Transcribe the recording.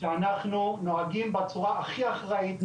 שאנחנו נוהגים בצורה הכי אחראית והכי רצינית שיש.